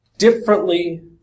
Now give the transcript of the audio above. Differently